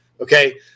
Okay